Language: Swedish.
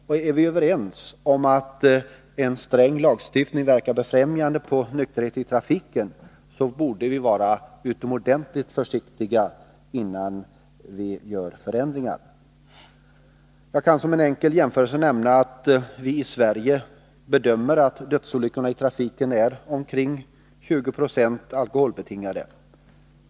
Och om vi är överens om att en sträng lagstiftning verkar befrämjande på nykterheten i trafiken, så borde vi vara utomordentligt försiktiga innan vi vidtar sådana förändringar. Jag kan som en enkel jämförelse nämna att vi i Sverige bedömer att omkring 20 20 av dödsolyckorna i trafiken är alkoholbetingade.